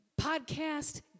podcast